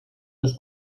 des